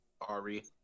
Ari